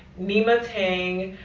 mima tang,